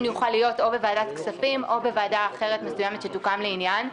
יוכל להיות או בוועדת כספים או בוועדה אחרת מסוימת שתוקם לעניין.